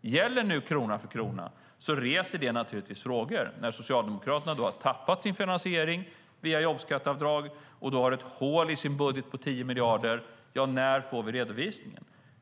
Gäller nu krona för krona, reser det frågor när Socialdemokraterna har tappat sin finansiering via jobbskatteavdrag och då har ett hål i sin budget på 10 miljarder. När får vi redovisningen?